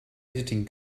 editing